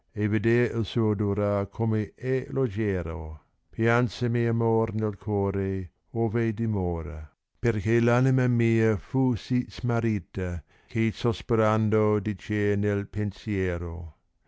il suo durar come è leggero piansemi amor nel core ove dimora perchè v animi mia fu sì smarrita che sospirando dicea nel pensiero